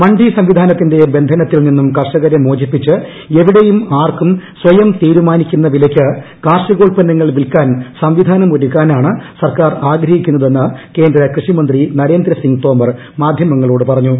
മണ്ഡി സംവിധാനത്തിന്റെ ബന്ധനത്തിൽ നിന്നും കർഷകരെ മോചിപ്പിച്ച് എവിടെയും ആർക്കും സ്വയം തീരുമാനിക്കുന്ന വിലയ്ക്ക് കാർഷികോത്പന്നങ്ങൾ വിൽക്കാൻ സംവിധാനം ഒരുക്കാനാണ് സർക്കാർ ആഗ്രഹിക്കുന്നതെന്ന് കേന്ദ്ര കൃഷി മന്ത്രി നരേന്ദ്ര സിംഗ് തോമർ മാധ്യമങ്ങളോട് പറഞ്ഞു